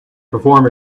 perform